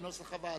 לא נתקבלה.